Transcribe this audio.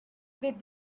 bit